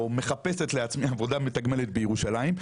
או מחפשת לעצמי עבודה מתגמלת בירושלים.